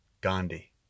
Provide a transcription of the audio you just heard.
Gandhi